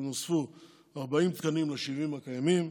נוספו 40 תקנים על ה-70 הקיימים.